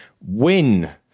win